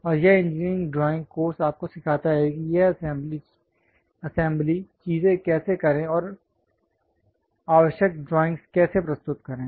और यह engineering drawing course आपको सिखाता है कि यह असेंबली चीजें कैसे करें और आवश्यक ड्राइंग्स कैसे प्रस्तुत करें